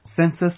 Census